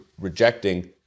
rejecting